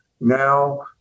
Now